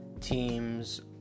teams